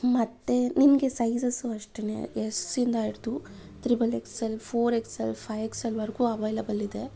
ಮತ್ತೆ ನಿನಗೆ ಸೈಝಸ್ಸು ಅಷ್ಟೆನೇ ಎಸ್ ಇಂದ ಹಿಡಿದು triple X L four X L five X ಎಲ್ವರೆಗೂ ಅವೈಲೆಬಲ್ ಇದೆ